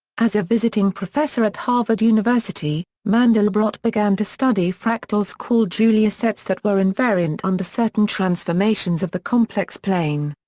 as a visiting professor at harvard university, mandelbrot began to study fractals called julia sets that were invariant under certain transformations of the complex plane.